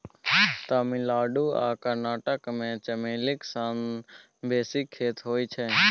तमिलनाडु आ कर्नाटक मे चमेलीक सबसँ बेसी खेती होइ छै